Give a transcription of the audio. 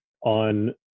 on